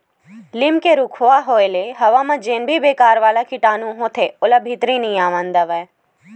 लीम के रूखवा होय ले हवा म जेन भी बेकार वाला कीटानु होथे ओला भीतरी नइ आवन देवय